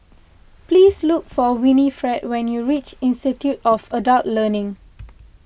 please look for Winifred when you reach Institute of Adult Learning